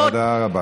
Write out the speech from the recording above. תודה רבה.